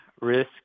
risk